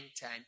time